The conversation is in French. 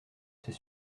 ces